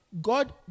God